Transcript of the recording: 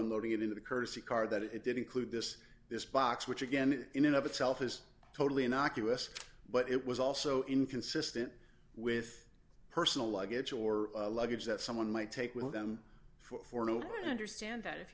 and loading it into the courtesy car that it did include this this box which again in and of itself is totally innocuous but it was also inconsistent with personal luggage or luggage that someone might take with them for no one understand that if